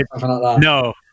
No